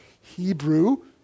Hebrew